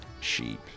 sheep